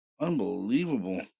unbelievable